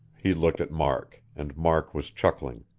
he looked at mark, and mark was chuckling.